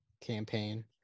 Campaign